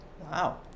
Wow